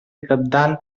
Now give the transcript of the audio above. cabdal